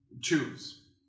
choose